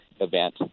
event